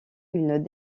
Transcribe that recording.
une